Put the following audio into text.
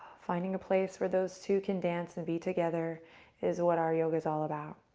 finding a place where those two can dance and be together is what our yoga is all about.